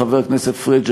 חבר הכנסת פריג',